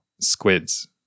squids